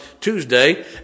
Tuesday